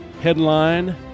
headline